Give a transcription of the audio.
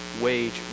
wage